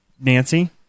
Nancy